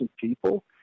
people